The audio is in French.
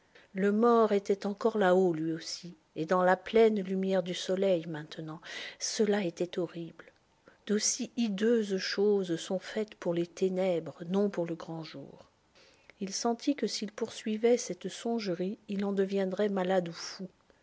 le mort était encore là-haut lui aussi et dans la pleine lumière du soleil maintenant cela était horrible d'aussi hideuses choses sont faites pour les ténèbres non pour le grand jour il sentit que s'il poursuivait cette songerie il en deviendrait malade ou fou